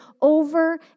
over